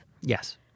Yes